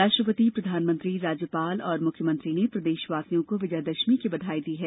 राष्ट्रपति प्रधानमंत्री राज्यपाल और मुख्यमंत्री ने प्रदेशवासियों को विजयमादशमी की बधाई दी है